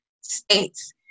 states